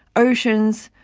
oceans,